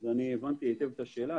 הבנתי היטב את השאלה,